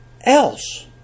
else